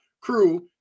crew